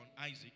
Isaac